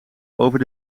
over